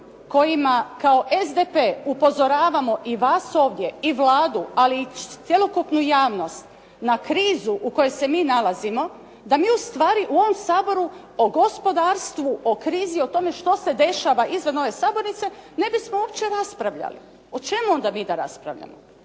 kojima kao SDP upozoravamo i vas ovdje i Vladu ali i cjelokupnu javnost na krizu u kojoj se mi nalazimo da mi ustvari u ovom Saboru o gospodarstvu, o krizi, o tome što se dešava izvan ove sabornice ne bismo uopće raspravljali. O čemu onda mi da raspravljamo?